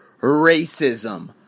racism